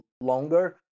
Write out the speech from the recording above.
longer